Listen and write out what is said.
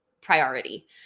priority